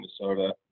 Minnesota